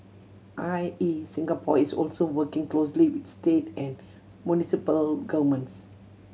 I E Singapore is also working closely with state and municipal governments